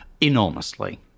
Enormously